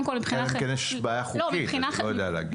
אולי יש בזה בעיה חוקית, איני יודע לומר.